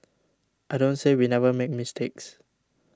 I don't say we never make mistakes